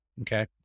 Okay